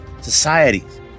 societies